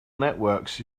networks